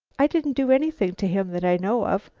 i didn't do anything to him that i know of.